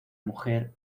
mujer